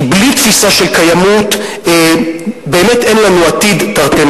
כי בלי תפיסה של קיימות אין לנו עתיד,